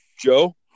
Joe